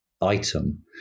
item